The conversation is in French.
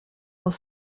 dans